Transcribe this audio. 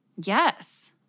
Yes